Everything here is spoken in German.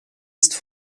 ist